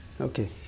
Okay